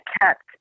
kept